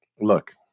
look